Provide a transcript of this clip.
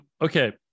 Okay